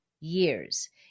years